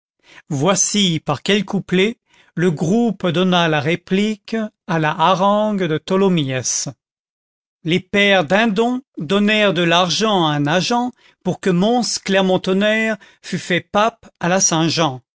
voici par quel couplet le groupe donna la réplique à la harangue de tholomyès les pères dindons donnèrent de l'argent à un agent pour que mons clermont-tonnerre fût fait pape à la saint-jean